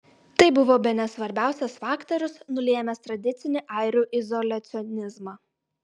tai buvo bene svarbiausias faktorius nulėmęs tradicinį airių izoliacionizmą